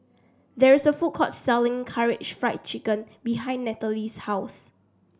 there is a food court selling Karaage Fried Chicken behind Nathaly's house